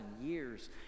years